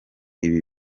ibi